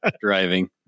driving